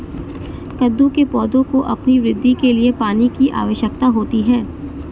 कद्दू के पौधों को अपनी वृद्धि के लिए पानी की आवश्यकता होती है